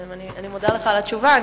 אני מודה לך על התשובה.